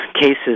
cases